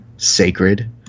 Sacred